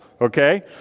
okay